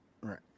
right